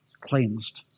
cleansed